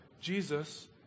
Jesus